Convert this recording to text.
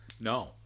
No